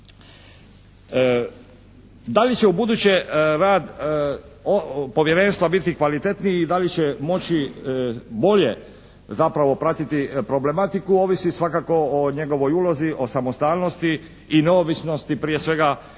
Da li će ubuduće rad povjerenstva biti kvalitetniji i da li će moći bolje zapravo pratiti problematiku ovisi svakako o njegovoj ulozi, o samostalnosti i neovisnosti prije svega